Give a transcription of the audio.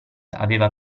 aveva